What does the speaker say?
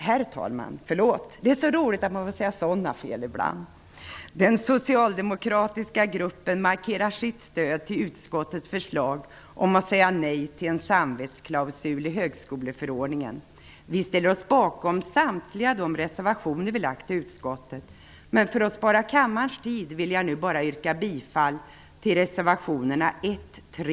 Herr talman! Den socialdemokratiska gruppen markerar sitt stöd till utskottets förslag om att säga nej till en samvetsklausul i högskoleförordningen. Vi ställer oss bakom samtliga de reservationer vi lämnat i utskottet, men för att spara kammarens tid vill jag nu yrka bifall bara till reservationerna 1, 3